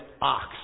ox